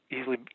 easily